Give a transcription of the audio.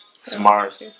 smart